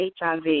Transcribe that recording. HIV